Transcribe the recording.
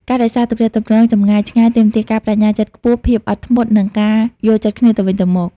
ការរក្សាទំនាក់ទំនងចម្ងាយឆ្ងាយទាមទារការប្តេជ្ញាចិត្តខ្ពស់ ភាពអត់ធ្មត់ និងការយល់ចិត្តគ្នាទៅវិញទៅមក។